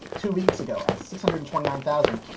two weeks ago, at six hundred and twenty nine thousand,